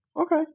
Okay